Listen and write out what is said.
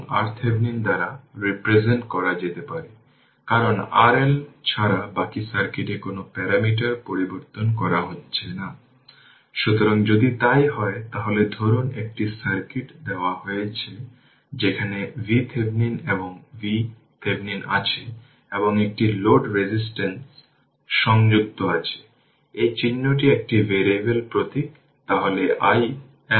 অতএব 8 Ω রেজিস্টেন্স জুড়ে i 3 হল vt i3 t কারণ এই i 3 কারেন্টটি সার্কিটে দেওয়া 8 Ω রেজিস্টেন্স এর মধ্য দিয়ে প্রবাহিত হচ্ছে